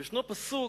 יש פסוק